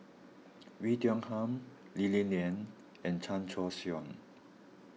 Oei Tiong Ham Lee Li Lian and Chan Choy Siong